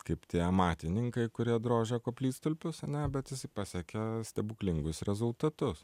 kaip tie amatininkai kurie drožia koplytstulpius ar ne bet jisai pasiekė stebuklingus rezultatus